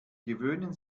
gewöhnen